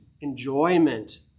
enjoyment